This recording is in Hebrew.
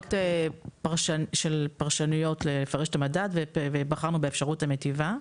אפשרויות לפרש את המדד ובחרנו באפשרות המיטיבה,